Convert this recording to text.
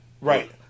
right